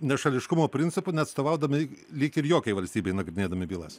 nešališkumo principu neatstovaudami lyg ir jokiai valstybei nagrinėdami bylas